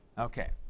Okay